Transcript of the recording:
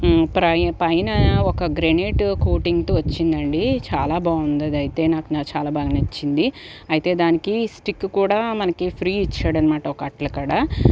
ప్రై పైన ఒక గ్రనైట్ కోటింగ్తో వచ్చిందండీ చాలా బాగుంది అదయితే నాకు చాలా బాగా నచ్చింది అయితే దానికి స్టిక్ కూడా మనకి ఫ్రీ ఇచ్చాడు అన్నమాట ఒక అట్లకాడ